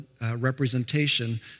representation